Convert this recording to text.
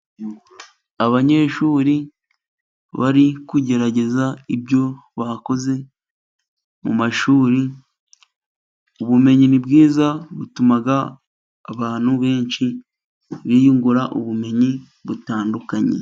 Abanyeshuri bari kugerageza ibyo bakoze mu mashuri, ubumenyi ni bwiza, butuma abantu benshi biyungura ubumenyi butandukanye.